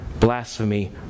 blasphemy